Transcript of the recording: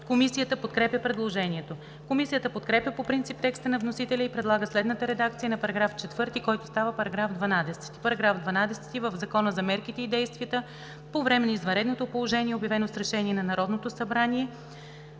Комисията подкрепя предложението. Комисията подкрепя по принцип текста на вносителя и предлага следната редакция на § 4, който става § 12: „§ 12. В Закона за мерките и действията по време на извънредното положение, обявено с решение на Народното събрание